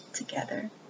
Together